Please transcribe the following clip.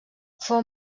fou